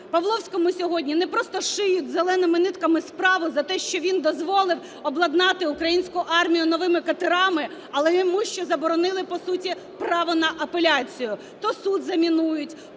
Павловському сьогодні не просто "шиють зеленими нитками" справу за те, що він дозволив обладнати українську армію новими катерами, але йому ще заборонили по суті право на апеляцію. То суд замінують,